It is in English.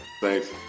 thanks